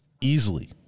easily